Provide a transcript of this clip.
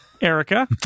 Erica